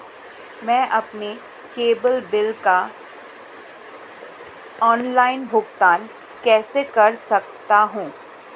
मैं अपने cable bill का ऑनलाइन भुगतान कैसे कर सकता हूं?